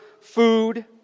food